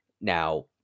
Now